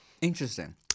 Interesting